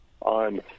on